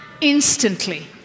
instantly